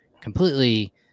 completely